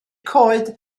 coed